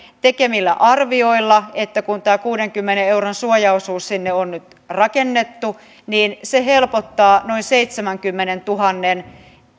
tekemillämme arvioilla kun tämä kuudenkymmenen euron suojaosuus sinne on nyt rakennettu se helpottaa noin seitsemänkymmenentuhannen